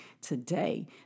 today